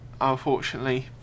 unfortunately